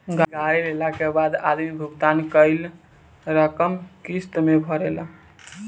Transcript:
गाड़ी लेला के बाद आदमी भुगतान कईल रकम किस्त में भरेला